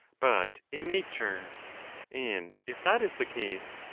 but in nature and if that is the case,